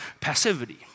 passivity